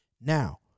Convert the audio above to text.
Now